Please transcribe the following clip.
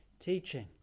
teaching